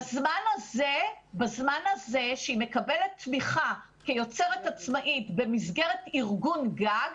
בזמן הזה שהיא מקבלת תמיכה כיוצרת עצמאית במסגרת ארגון גג